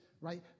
right